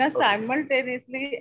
simultaneously